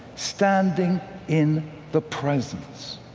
standing in the presence